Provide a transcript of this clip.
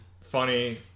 funny